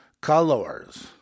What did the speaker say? colors